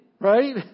right